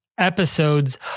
episodes